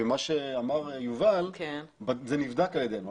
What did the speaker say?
ומה שאמר יובל נבדק על ידינו.